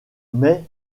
mais